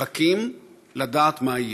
מחכים לדעת מה יהיה.